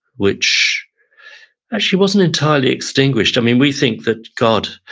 which actually wasn't entirely extinguished. i mean, we think that god,